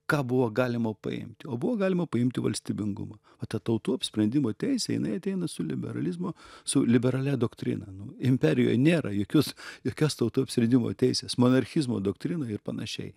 ką buvo galima paimti o buvo galima paimti valstybingumą o ta tautų apsisprendimo teisė jinai ateina su liberalizmo su liberalia doktrina nu imperijoj nėra jokios jokios tautų apsisprendimo teisės monarchizmo doktrinoj ir panašiai